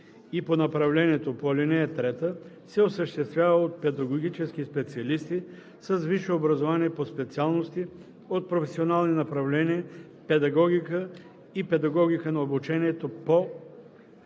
и по направлението по ал. 3 се осъществява от педагогически специалисти с висше образование по специалности от професионални направления „Педагогика“ и „Педагогика на обучението по